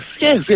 yes